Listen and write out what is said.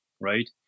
right